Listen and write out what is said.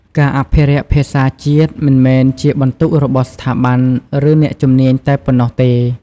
ការអភិរក្សភាសាជាតិមិនមែនជាបន្ទុករបស់ស្ថាប័ន ឬអ្នកជំនាញតែប៉ុណ្ណោះទេ ។